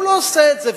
הוא לא עושה את זה,